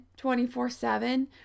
24-7